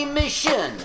mission